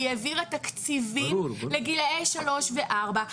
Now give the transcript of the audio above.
היא העבירה תקציבים לגילאי 3 ו-4.